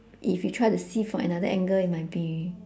if you try to see from another angle it might be